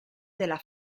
della